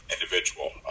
individual